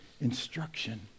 instruction